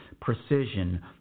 precision